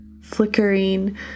flickering